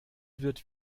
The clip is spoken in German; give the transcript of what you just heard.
wird